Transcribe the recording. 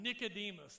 Nicodemus